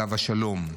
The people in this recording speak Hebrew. עליו השלום: